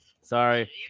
sorry